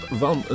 van